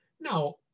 Now